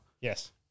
Yes